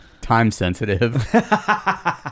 time-sensitive